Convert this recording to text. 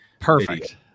Perfect